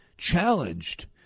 Challenged